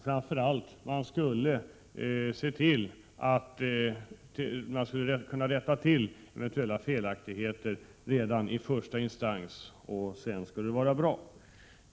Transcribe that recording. Framför allt skulle man kunna rätta till eventuella felaktigheter redan i första instans, och därefter skulle det vara bra.